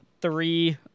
three